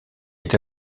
est